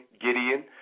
Gideon